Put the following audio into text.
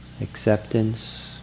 acceptance